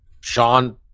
Sean